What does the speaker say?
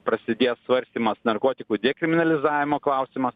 prasidėjo svarstymas narkotikų dekriminalizavimo klausimas